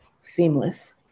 seamless